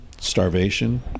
starvation